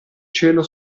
cielo